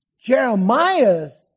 Jeremiah's